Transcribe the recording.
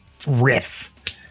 riffs